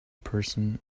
person